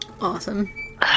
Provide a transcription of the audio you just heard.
awesome